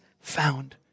found